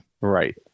right